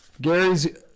Gary's